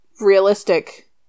realistic